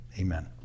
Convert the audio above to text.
Amen